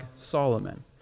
Solomon